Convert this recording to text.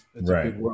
Right